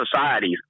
societies